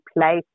place